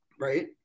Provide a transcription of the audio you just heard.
Right